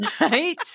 Right